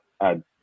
add